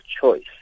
choice